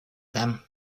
them